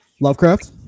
Lovecraft